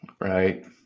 Right